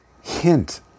hint